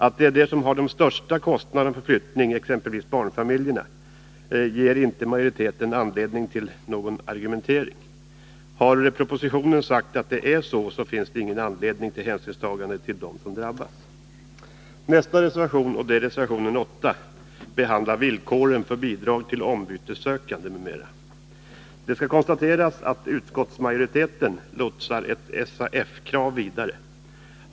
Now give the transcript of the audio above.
Att det gäller dem som har de största kostnaderna för flyttning, t.ex. barnfamiljer, ger inte majoriteten anledning till någon argumentering. Har propositionen sagt hur det skall vara, finns det ingen anledning till hänsynstagande till dem som drabbas! Nästa reservation, nr 8, behandlar villkoren för bidrag till ombytessökande m.m. Det skall konstateras att utskottsmajoriteten lotsar ett SAF-krav vidare.